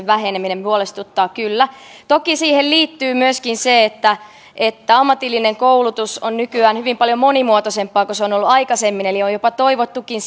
väheneminen huolestuttaa kyllä toki siihen liittyy myöskin se että että ammatillinen koulutus on nykyään hyvin paljon monimuotoisempaa kuin se on ollut aikaisemmin eli on jopa toivottukin